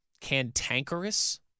cantankerous